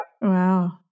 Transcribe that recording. wow